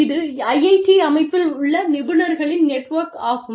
இது IIT அமைப்பில் உள்ள நிபுணர்களின் நெட்வொர்க் ஆகும்